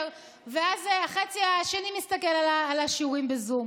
ואז החצי השני מסתכל על השיעורים בזום.